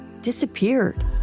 disappeared